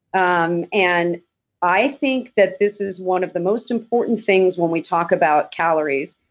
um and i think that this is one of the most important things when we talk about calories,